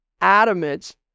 adamant